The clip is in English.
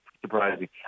surprising